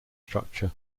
structure